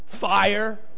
Fire